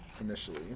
initially